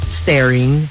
staring